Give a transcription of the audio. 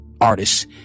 artists